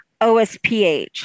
OSPH